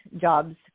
jobs